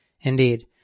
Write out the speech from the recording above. Indeed